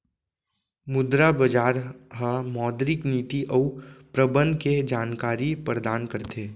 मुद्रा बजार ह मौद्रिक नीति अउ प्रबंधन के जानकारी परदान करथे